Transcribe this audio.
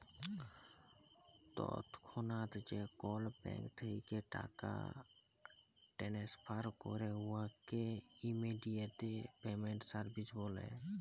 তৎক্ষণাৎ যে call bank থ্যাইকে টাকা টেনেসফার ক্যরে উয়াকে ইমেডিয়াতে পেমেল্ট সার্ভিস ব্যলে